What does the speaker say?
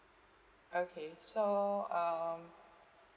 okay so um